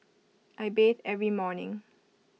I bathe every morning